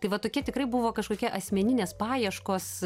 tai va tokie tikrai buvo kažkokie asmeninės paieškos